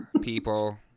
people